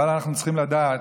אבל אנחנו צריכים לדעת,